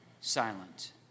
silent